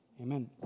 Amen